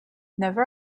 never